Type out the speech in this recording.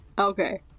Okay